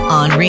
on